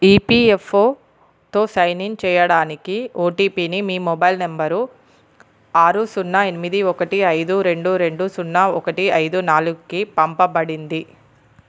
ఈపీఎఫ్ఓతో sign in చేయడానికి ఓటిపిని మీ మొబైల్ నంబరు ఆరు సున్నా ఎనిమిది ఒకటి ఐదు రెండు రెండు సున్నా ఒకటి ఐదు నాలుగుకి పంపబడింది